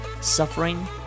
suffering